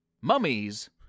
Mummies